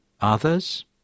Others